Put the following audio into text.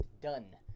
done